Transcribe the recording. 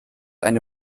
eine